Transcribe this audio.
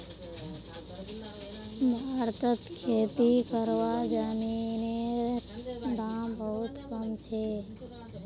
भारतत खेती करवार जमीनेर दाम बहुत कम छे